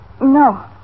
No